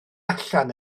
allan